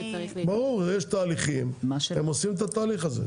יש תהליכים, הם עושים את התהליך הזה.